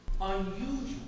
Unusual